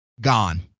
Gone